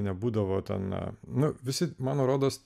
nebūdavo na na visi mano rodos